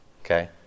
okay